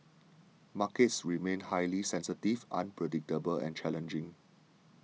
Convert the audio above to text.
markets remain highly sensitive unpredictable and challenging